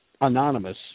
anonymous